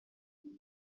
uma